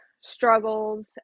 struggles